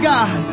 God